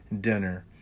dinner